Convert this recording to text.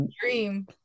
dream